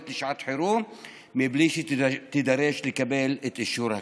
לשעת חירום בלי שתידרש לקבל את אישור הכנסת,